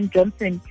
Johnson